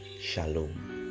Shalom